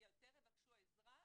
יותר יבקשו עזרה,